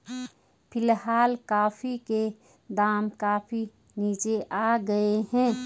फिलहाल कॉफी के दाम काफी नीचे आ गए हैं